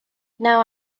now